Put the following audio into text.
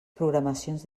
programacions